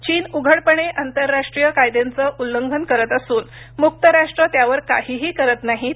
चीन उघडपणे आंतरराष्ट्रीय कायद्यांचं उल्लंघन करत असून मुक्त राष्ट्रं त्यावर काहीही करत नाहीत